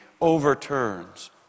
overturns